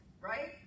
right